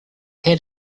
had